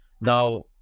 Now-